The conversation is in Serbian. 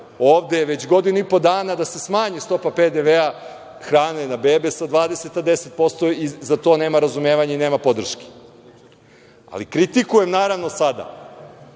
ovde već godinu i po dana da se smanji stopa PDV-a hrane na bebe sa 20% na 10% i za to nema razumevanja i nema podrške. Ali, kritikujem, naravno, sada